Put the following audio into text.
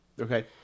Okay